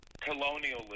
Colonialism